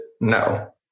No